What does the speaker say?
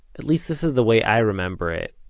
at least this is the way i remember it,